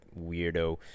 weirdo